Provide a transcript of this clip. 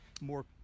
more